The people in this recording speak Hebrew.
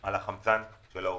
על החמצן לעובדים.